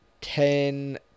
ten